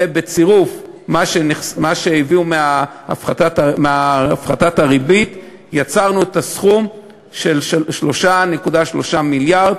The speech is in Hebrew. ובצירוף מה שהביאו מהפחתת הריבית יצרנו את הסכום של 3.3 מיליארד,